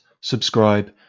subscribe